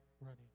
Running